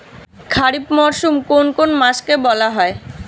খারিফ মরশুম কোন কোন মাসকে বলা হয়?